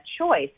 choice